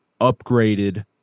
upgraded